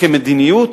כמדיניות,